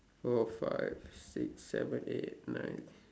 four five six seven eight nine